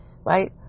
right